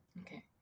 Okay